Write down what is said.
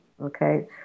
Okay